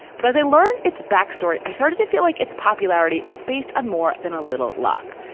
but as i learned its backstory, i started to feel like its popularity was based on more than a little luck.